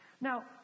Now